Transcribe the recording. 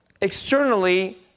externally